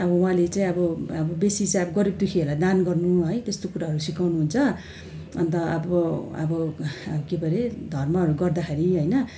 अब उहाँले चाहिँ अब अब बेसी चाहिँ अब गरिब दुखीहरूलाई दान गर्नु है त्यस्तो कुराहरू सिकाउनु हुन्छ अन्त अब अब के पो अरे धर्महरू गर्दाखेरि होइन